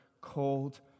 cold